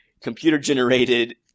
computer-generated